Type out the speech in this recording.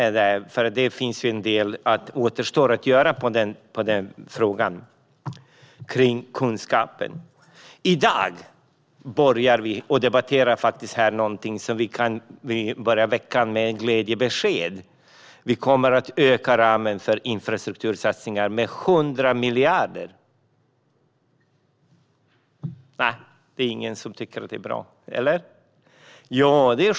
Det återstår en del att göra i fråga om kunskap. I dag debatterar vi något som kan inleda denna vecka med ett glädjebesked. Vi kommer att öka ramen för infrastruktursatsningar med 100 miljarder. Nej, det är ingen som tycker att det är bra - eller?